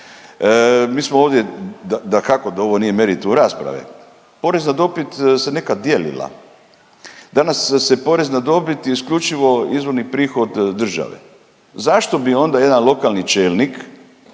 Mi smo ovdje, dakako da ovo nije meritum rasprave, porez na dobit se nekad dijelila. Danas se porez na dobit, isključivo izvorni prihod države. Zašto bi onda jedan lokalni čelnik